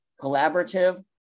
collaborative